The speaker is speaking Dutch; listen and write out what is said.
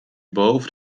boven